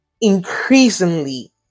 increasingly